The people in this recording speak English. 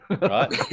right